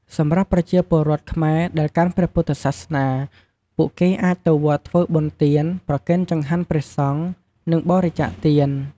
សម្រាប់ប្រជាពលរដ្ឋខ្មែរដែលកាន់ព្រះពុទ្ធសាសនា ពួកគេអាចទៅវត្តធ្វើបុណ្យទាន ប្រគេនចង្ហាន់ព្រះសង្ឃ និងបរិច្ចាគទាន។